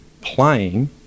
playing